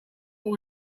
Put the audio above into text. what